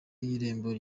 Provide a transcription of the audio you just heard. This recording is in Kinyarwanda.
y’irembo